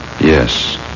Yes